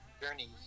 Journeys